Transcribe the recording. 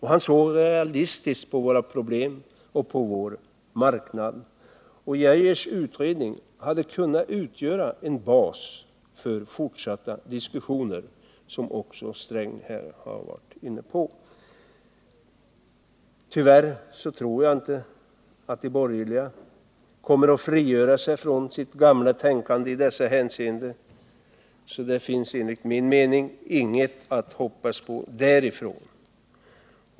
Han såg realistiskt på våra problem och på vår marknad. Denna utredning hade kunnat utgöra en bas för fortsatta diskussioner, vilket också Gunnar Sträng var inne på. Tyvärr tror jag inte att de borgerliga kommer att kunna frigöra sig från gammalt tänkande i dessa hänseenden. Det finns således enligt min mening inget att hoppas på därifrån.